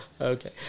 Okay